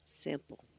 Simple